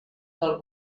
del